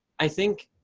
i think,